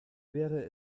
wäre